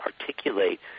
articulate